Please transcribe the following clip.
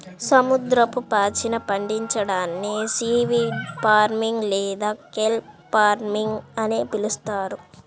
సముద్రపు పాచిని పండించడాన్ని సీవీడ్ ఫార్మింగ్ లేదా కెల్ప్ ఫార్మింగ్ అని పిలుస్తారు